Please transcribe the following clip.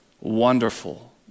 wonderful